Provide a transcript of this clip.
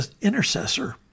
intercessor